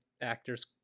actors